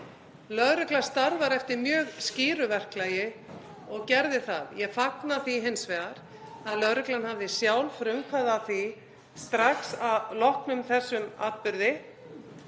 Lögreglan starfar eftir mjög skýru verklagi og gerði það. Ég fagna því hins vegar að lögreglan hafði sjálf frumkvæði að því strax að loknum þessum atburði